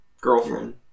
girlfriend